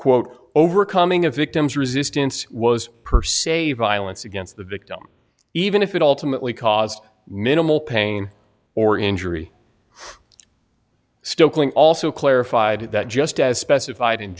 quote overcoming a victim's resistance was per se violence against the victim even if it ultimately caused minimal pain or injury still cling also clarified that just as specified in